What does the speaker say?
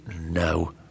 no